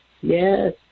Yes